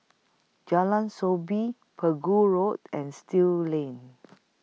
Jalan Soo Bee Pegu Road and Still Lane